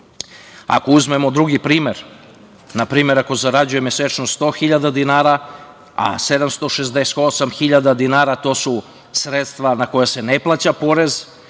uzmemo drugi primer, na primer ako zarađuje mesečno 100 hiljada dinara, a 768 hiljada dinara to su sredstva na koja se ne plaća porez